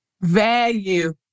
value